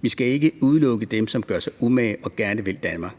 Vi skal ikke udelukke dem, som gør sig umage og gerne vil Danmark.